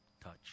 touch